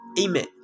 Amen